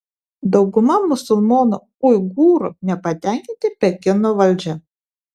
dauguma musulmonų uigūrų nepatenkinti pekino valdžia